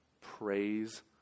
Praise